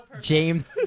James